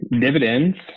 Dividends